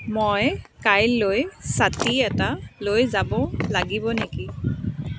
মই কাইলৈ ছাতি এটা লৈ যাব লাগিব নেকি